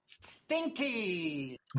Stinky